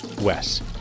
Wes